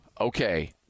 okay